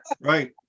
Right